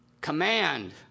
command